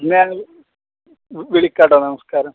ഞാൻ വിളിക്കാം കേട്ടോ നമസ്കാരം